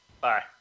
Bye